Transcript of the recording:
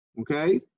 Okay